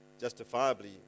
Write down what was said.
justifiably